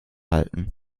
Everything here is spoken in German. halten